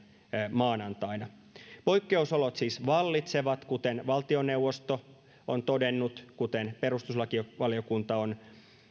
maanantaina poikkeusolot siis vallitsevat kuten valtioneuvosto on todennut ja kuten perustuslakivaliokunta on